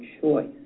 choice